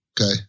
Okay